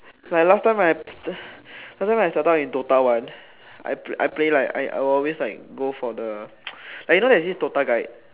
like last time I last time I started in DOTA one I I play like I I always go for the like you know there is this DOTA guide